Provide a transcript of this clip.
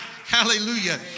Hallelujah